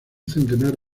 centenar